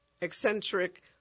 eccentric